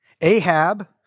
Ahab